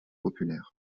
populaire